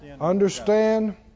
understand